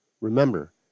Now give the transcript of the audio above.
Remember